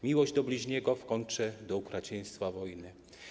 Miłość do bliźniego w kontrze do okrucieństwa wojny.